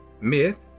myth